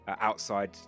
Outside